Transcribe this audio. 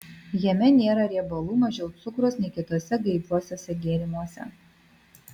jame nėra riebalų mažiau cukraus nei kituose gaiviuosiuose gėrimuose